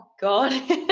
God